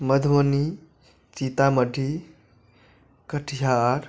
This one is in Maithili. मधुबनी सीतामढ़ी कटिहार